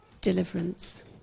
Deliverance